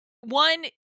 one